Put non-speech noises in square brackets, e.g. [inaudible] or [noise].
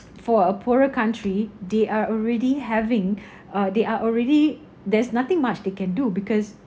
for a poorer country they are already having [breath] uh they are already there's nothing much they can do because